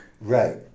right